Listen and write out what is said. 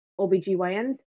OBGYNs